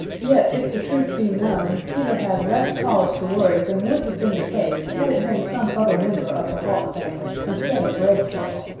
yet if the truth be known, peter had less cause to worry than would have been the case had it been some other member of the hawk family instead of redtail.